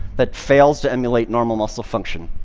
that fails to emulate normal muscle function,